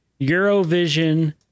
Eurovision